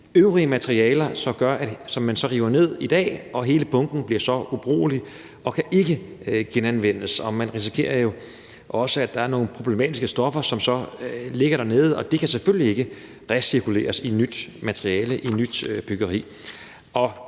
øvrige materialer, som man så river ned i dag, og hele bunken bliver så ubrugelig og kan ikke genanvendes, og man risikerer jo også, at der er nogle problematiske stoffer, som så ligger dernede, og de kan selvfølgelig ikke recirkuleres i nyt materiale og i nyt byggeri.